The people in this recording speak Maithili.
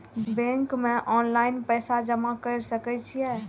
बैंक में ऑनलाईन पैसा जमा कर सके छीये?